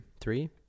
Three